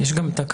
יש גם תקנות.